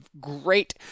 great